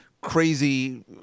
crazy